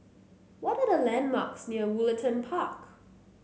what are the landmarks near Woollerton Park